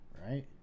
right